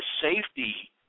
safety